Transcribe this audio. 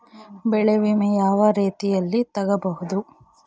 ಬೆಳೆ ವಿಮೆ ಯಾವ ರೇತಿಯಲ್ಲಿ ತಗಬಹುದು?